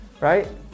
right